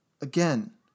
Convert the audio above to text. Again